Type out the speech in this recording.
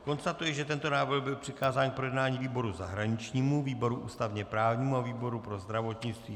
Konstatuji, že tento návrh byl přikázán k projednání výboru zahraničnímu, výboru ústavněprávnímu a výboru pro zdravotnictví.